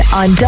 on